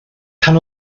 pan